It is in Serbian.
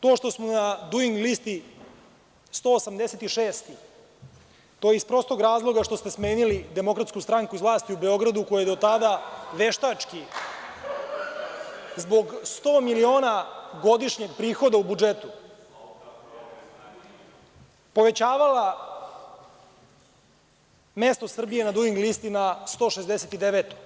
To što smo na Duing listi 186, to je iz prostog razloga što ste smenili DS iz vlasti u Beogradu, koja je do tada veštački zbog 100 miliona godišnjeg prihoda u budžetu povećavala mesto Srbije na Duing listi na 169.